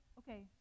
okay